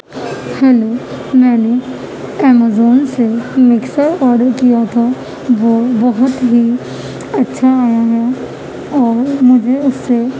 hello میں نے Amazon سے مکسر آرڈر کیا تھا وہ بہت ہی اچھا آیا ہے اور مجھے اس سے